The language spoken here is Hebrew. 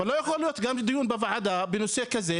אבל לא יכול להיות דיון בוועדה בנושא הזה,